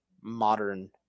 modern